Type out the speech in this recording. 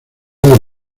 del